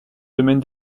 domaine